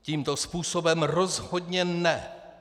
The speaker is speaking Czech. Tímto způsobem rozhodně ne!